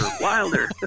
wilder